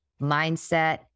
mindset